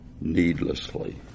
needlessly